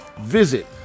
Visit